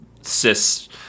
cis